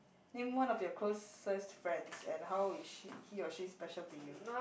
name one of your closest friends and how is she he or she special to you